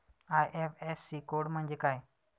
IFSC code म्हणजे काय?